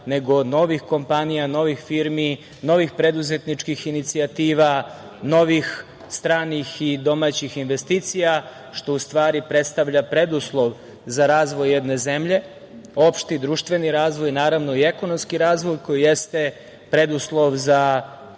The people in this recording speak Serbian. nego novih kompanija, novih firmi, novih preduzetničkih inicijativa, novih stranih i domaćih investicija, što u stvari predstavlja preduslov za razvoj jedne zemlje, opšti društveni razvoj i ekonomski razvoj koji jeste preduslov za